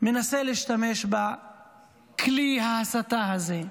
מנסה להשתמש בכלי ההסתה הזה.